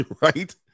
right